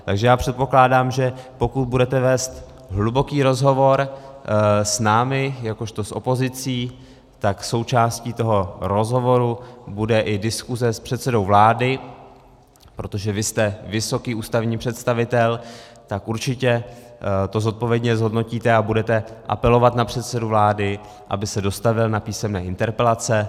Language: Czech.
Takže předpokládám, že pokud budete vést hluboký rozhovor s námi jakožto s opozicí, tak součástí toho rozhovoru bude i diskuze s předsedou vlády, protože vy jste vysoký ústavní představitel, tak určitě to zodpovědně zhodnotíte a budete apelovat na předsedu vlády, aby se dostavil na písemné interpelace.